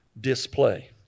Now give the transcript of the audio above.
display